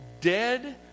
dead